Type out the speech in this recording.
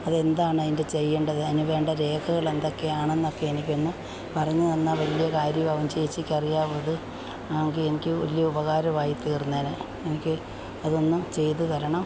അതെന്താണ് അതിന്റെ ചെയ്യേണ്ടത് അതിന് വേണ്ട രേഖകൾ എന്തൊക്കെയാണ് എന്നൊക്കെ എനിക്കൊന്ന് പറഞ്ഞ് തന്നാൽ വലിയ കാര്യമാവും ചേച്ചിക്ക് അറിയാമോ ഇത് ആവുമെങ്കിൽ എനിക്ക് വലിയ ഉപകാരമായിത്തീര്ന്നേനെ എനിക്ക് അതൊന്ന് ചെയ്ത് തരണം